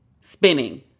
spinning